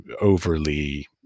overly